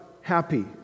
happy